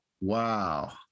wow